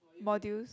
modules